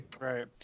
right